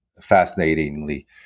fascinatingly